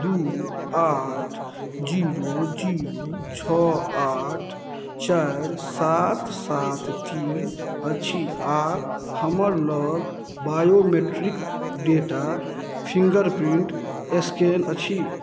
दुइ आठ zero zero छओ आठ चारि सात सात तीन अछि आओर हमर लग biometric data fingerprint scan अछि